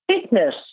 Fitness